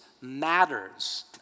matters